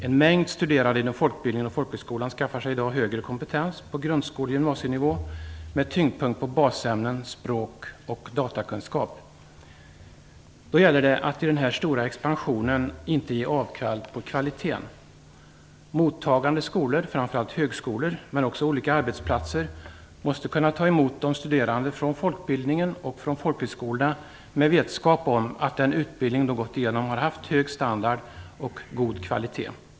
En mängd studerande inom folkbildningen och folkhögskolan skaffar sig i dag högre kompetens på grundskole och gymnasienivå med tyngdpunkten på basämnen, språk och datakunskap. Då gäller det att i den här stora expansionen inte ge avkall på kvaliteten. Mottagande skolor - framför allt högskolor - men också olika arbetsplatser måste kunna ta emot de studerande från folkbildningen och från folkhögskola med vetskap om att den utbildning de har gått igenom har haft hög standard och god kvalitet.